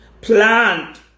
Plant